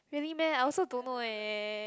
maybe meh I also don't know eh